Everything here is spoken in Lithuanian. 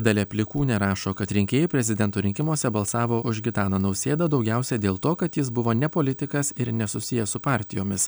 dalia plikūnė rašo kad rinkėjai prezidento rinkimuose balsavo už gitaną nausėdą daugiausia dėl to kad jis buvo ne politikas ir nesusijęs su partijomis